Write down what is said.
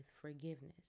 forgiveness